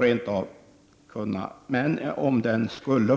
Skulle den